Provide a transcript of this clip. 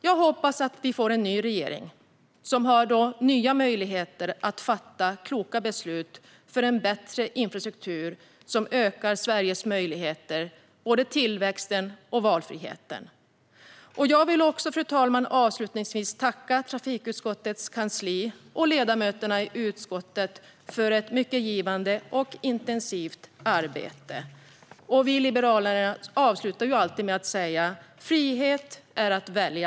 Jag hoppas att vi får en ny regering som har nya möjligheter att fatta kloka beslut för en bättre infrastruktur som ökar Sveriges möjligheter när det gäller både tillväxten och valfriheten. Jag vill avslutningsvis tacka trafikutskottets kansli och ledamöterna i utskottet för ett mycket givande och intensivt arbete. Vi i Liberalerna avslutar dessutom alltid med att säga: Frihet är att välja.